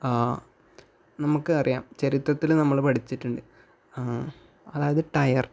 നമുക്ക് അറിയാം ചരിത്രത്തിൽ നമ്മൾ പഠിച്ചിട്ടുണ്ട് അതായത് ടയർ